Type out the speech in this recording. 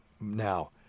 now